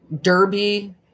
derby